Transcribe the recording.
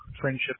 friendship